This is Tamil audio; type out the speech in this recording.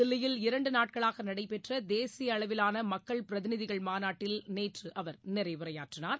தில்லியில் இரண்டு நாட்களாக நடைபெற்ற தேசிய அளவிவான மக்கள் பிரதிநிதிகள் மாநாட்டில் நேற்று அவர் நிறைவுரையாற்றினார்